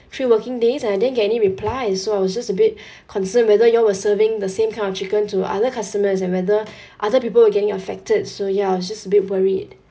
three working days and I didn't get any reply so I was just a bit concerned whether you all were serving the same kind of chicken to other customers and whether other people were getting affected so ya I was just a bit worried